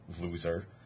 Loser